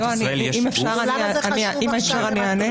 למה זה חשוב עכשיו לרכז?